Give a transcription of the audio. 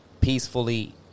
peacefully